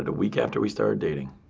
but week after we started dating.